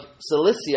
cilicia